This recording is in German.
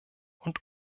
und